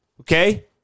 Okay